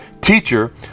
Teacher